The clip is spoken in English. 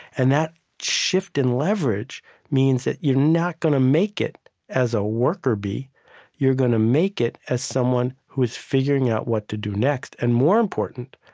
and that shift in leverage means that you're not going to make it as a worker bee you're going to make it as someone who is figuring out what to do next. and more important,